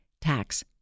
tax